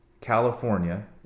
California